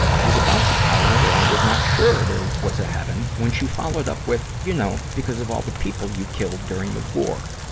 i was about to tell her that i was not sure there was a heaven, when she followed up with, you know, because of all the people you killed during the war.